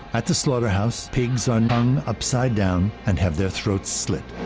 at the slaughterhouse pigs are hung upside down and have their throat slit.